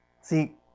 See